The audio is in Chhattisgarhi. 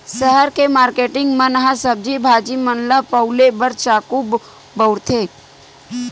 सहर के मारकेटिंग मन ह सब्जी भाजी मन ल पउले बर चाकू बउरथे